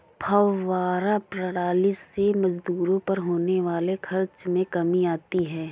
फौव्वारा प्रणाली से मजदूरों पर होने वाले खर्च में कमी आती है